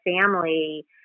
family